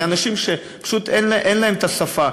לאנשים שפשוט אין להם השפה.